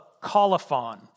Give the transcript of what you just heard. colophon